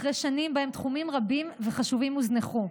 אחרי שנים שבהן תחומים רבים וחשובים הוזנחו,